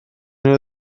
nhw